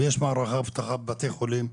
ויש מערכי אבטחה בבתי חולים,